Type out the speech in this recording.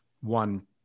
one